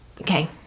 Okay